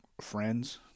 friends